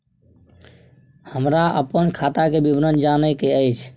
हमरा अपन खाता के विवरण जानय के अएछ?